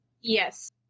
Yes